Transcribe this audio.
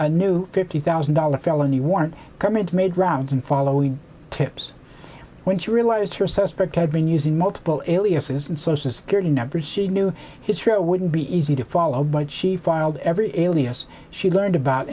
a new fifty thousand dollars felony warrant comments made rounds and following tips when she realized her suspect had been using multiple aliases and social security numbers she knew he wouldn't be easy to follow but she filed every alias she learned about